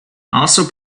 also